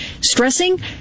stressing